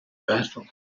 battle